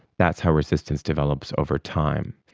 that's how resistance develops over time.